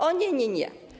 O nie, nie, nie.